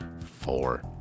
four